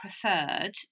preferred